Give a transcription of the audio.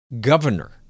governor